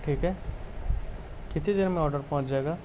ٹھیک ہے کتنی دیر میں آرڈر پہنچ جائےگا